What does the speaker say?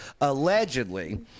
allegedly